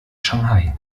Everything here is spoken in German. shanghai